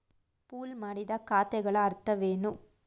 Pool ಮಾಡಿದ ಖಾತೆಗಳ ಅರ್ಥವೇನು?